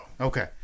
Okay